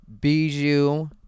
Bijou